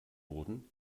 wurden